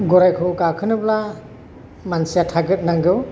गरायखौ गाखोनोब्ला मानसिखौ थागोर नांगौ